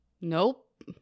Nope